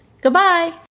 Goodbye